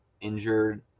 injured